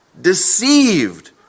deceived